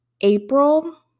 April